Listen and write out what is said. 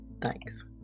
Thanks